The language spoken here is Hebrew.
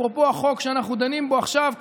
אפרופו החוק שאנחנו דנים בו עכשיו,